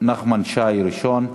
נחמן שי ראשון,